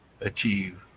achieve